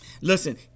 Listen